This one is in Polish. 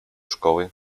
szkoły